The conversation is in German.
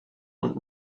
und